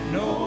no